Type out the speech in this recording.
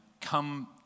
come